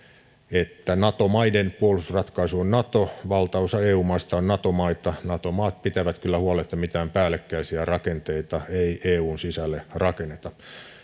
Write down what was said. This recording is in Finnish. että nato maiden puolustusratkaisu on nato ja valtaosa eu maista on nato maita nato maat pitävät kyllä huolen että mitään päällekkäisiä rakenteita ei eun sisälle rakenneta